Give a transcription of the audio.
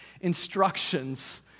instructions